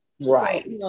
Right